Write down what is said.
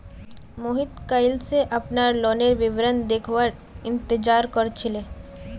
मोहित कइल स अपनार लोनेर विवरण देखवार इंतजार कर छिले